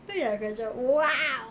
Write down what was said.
tu yang aku macam !wow!